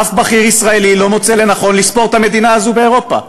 אף בכיר ישראלי לא מוצא לנכון לספור את המדינה הזו באירופה.